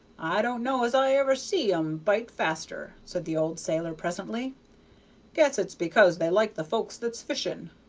i don't know as i ever see em bite faster, said the old sailor, presently guess it's because they like the folks that's fishing.